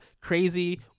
crazy